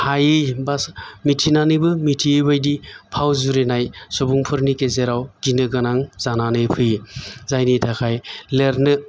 हायि बा मिथिनानैबो मोनथियि बादि फाव जुरिनाय सुबुंफोरनि गेजेराव गिनो गोनां जानानै फैयो जायनि थाखाय लिरनो